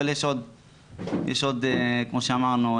אבל יש כפי שאמרנו,